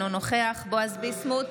אינו נוכח בועז ביסמוט,